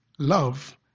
love